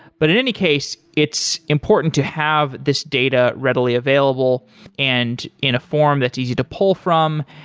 but in any case, it's important to have this data readily available and in a form that's easy to pull from.